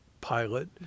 pilot